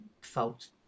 felt